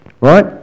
right